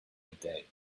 midday